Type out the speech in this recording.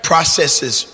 processes